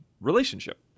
relationship